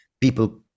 people